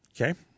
Okay